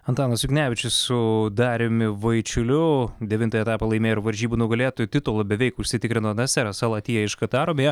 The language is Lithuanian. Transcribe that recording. antanas juknevičius su dariumi vaičiuliu devintą etapą laimėjo ir varžybų nugalėtojo titulą beveik užsitikrino naseras al atija iš kataro beje